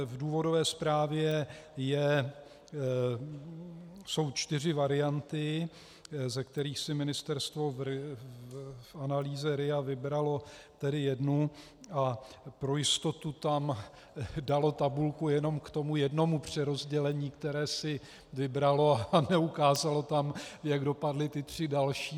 V důvodové zprávě jsou čtyři varianty, ze kterých si ministerstvo v analýze RIA vybralo jednu, a pro jistotu tam dalo tabulku jenom k tomu jednomu přerozdělení, které si vybralo, a neukázalo tam, jak dopadly ty tři další.